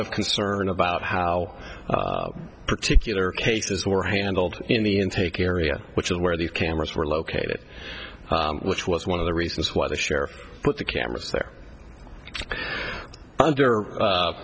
of concern about how particular cases were handled in the intake area which is where these cameras were located which was one of the reasons why the sheriff put the cameras